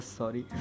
sorry